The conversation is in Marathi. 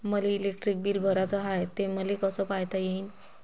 मले इलेक्ट्रिक बिल भराचं हाय, ते मले कस पायता येईन?